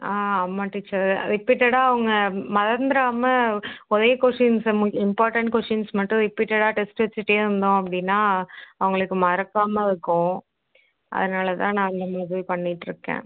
on ஆமாம் teacher ரிப்பீட்டடாக அவங்க மறந்துராமல் ஒரே கொஷின்ஸ் மு இம்பார்ட்டண்ட் கொஷின்ஸ் மட்டும் ரிப்பீட்டடாக டெஸ்ட்டு வச்சுட்டேருந்தோம் அப்படின்னா அவங்களுக்கு மறக்காமல் இருக்கும் அதனால் தான் நான் இந்தமாதிரி பண்ணிட்டுயிருக்கேன்